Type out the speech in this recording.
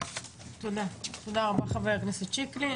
תודה, תודה רבה חבר הכנסת שיקלי.